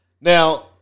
Now